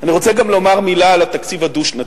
אני רוצה לומר גם מלה על התקציב הדו-שנתי.